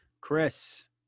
Chris